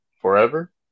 forever